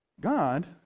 God